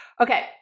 Okay